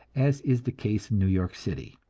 as is the case in new york city,